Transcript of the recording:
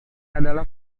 adalah